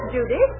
Judy